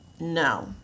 no